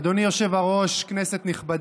אדוני היושב-ראש, כנסת נכבדה,